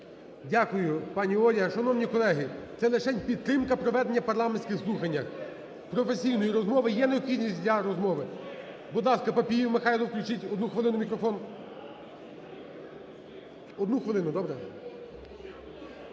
Дякую, пані Оля. Шановні колеги, це лишень підтримка проведення парламентських слухань, професійної розмови. Є необхідність для розмови? Будь ласка, Папієв Михайло. Включіть, одну хвилину, мікрофон, одну хвилину. Добре?